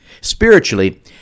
Spiritually